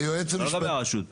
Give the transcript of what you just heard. אני לא מדבר על הרשות המקומית.